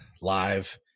live